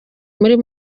muri